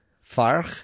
Far